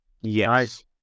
Yes